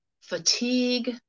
Fatigue